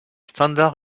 standard